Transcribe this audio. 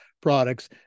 products